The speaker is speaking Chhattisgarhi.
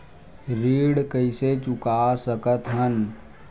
ऋण कइसे चुका सकत हन?